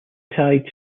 tied